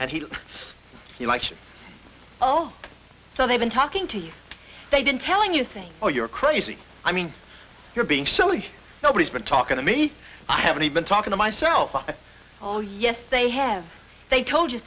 and he likes you oh so they've been talking to you they did telling you things or you're crazy i mean you're being silly nobody's been talking to me i haven't been talking to myself oh yes they have they told you